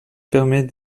permet